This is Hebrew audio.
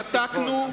שתקנו,